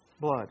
blood